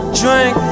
drink